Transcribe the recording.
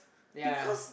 yeah